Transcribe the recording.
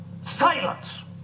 Silence